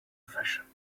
fashioned